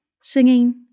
singing